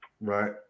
right